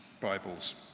Bibles